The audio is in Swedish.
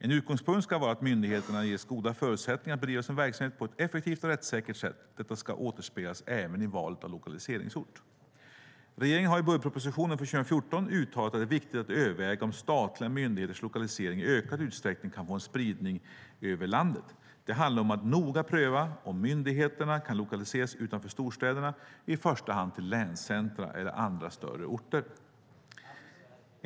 En utgångspunkt ska vara att myndigheterna ges goda förutsättningar att bedriva sin verksamhet på ett effektivt och rättssäkert sätt. Detta ska återspeglas även i valet av lokaliseringsort. Regeringen har i budgetpropositionen för 2014 uttalat att det är viktigt att överväga om statliga myndigheters lokalisering i ökad utsträckning kan få en spridning över landet. Det handlar om att noga pröva om myndigheterna kan lokaliseras utanför storstäderna, i första hand till länscentrum eller andra större orter.